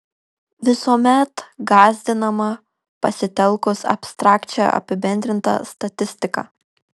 visuomet gąsdinama pasitelkus abstrakčią apibendrintą statistiką